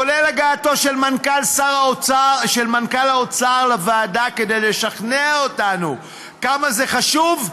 כולל הגעתו של מנכ"ל האוצר לוועדה כדי לשכנע אותנו כמה זה חשוב,